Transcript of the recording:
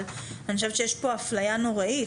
אבל אני חושבת שיש פה אפליה נוראית.